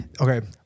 Okay